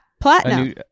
platinum